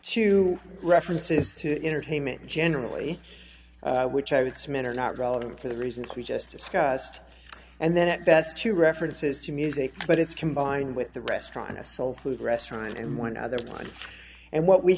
to references to entertainment generally which i would submit are not relevant for the reasons we just discussed and then at best two references to music but it's combined with the restaurant a soul food restaurant and one other one and what we